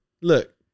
Look